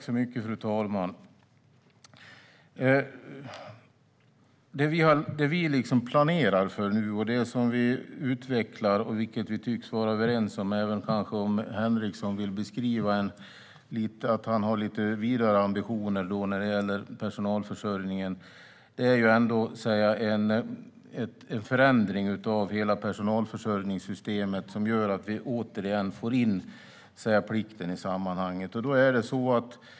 Fru talman! Det vi nu planerar för och utvecklar - vilket vi tycks vara överens om även om Henriksson beskriver att han har lite vidare ambitioner när det gäller personalförsörjningen - är en förändring av hela personalförsörjningssystemet som gör att vi återigen får in plikten i sammanhanget.